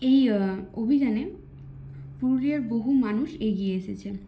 এই অভিযানে পুরুলিয়ার বহু মানুষ এগিয়ে এসেছে